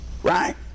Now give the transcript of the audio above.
Right